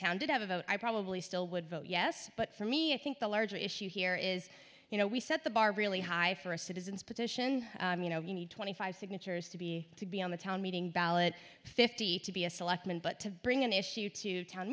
town did have a vote i probably still would vote yes but for me i think the larger issue here is you know we set the bar really high for a citizens petition you know you need twenty five signatures to be to be on the town meeting ballot fifty to be a selectman but to bring an issue to town